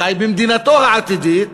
חי במדינתו העתידית,